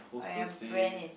oh your brand is